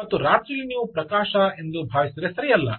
ಮತ್ತು ರಾತ್ರಿಯಲ್ಲಿ ನೀವು ಪ್ರಕಾಶ ಎಂದು ಭಾವಿಸಿದರೆ ಸರಿಯಲ್ಲ